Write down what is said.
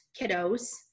kiddos